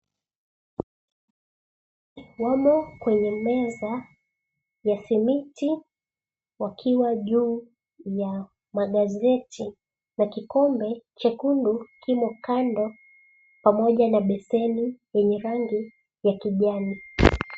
Wamo kwenye meza ya simiti wakiwa juu ya magazeti na kikombe chekundu kimo kando pamoja na beseni yenye rangi ya kijani.